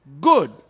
good